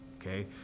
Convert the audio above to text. Okay